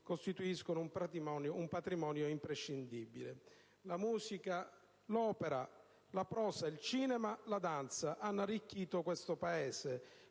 costituiscono un patrimonio imprescindibile. La musica, l'opera, la prosa, il cinema, la danza hanno arricchito questo Paese;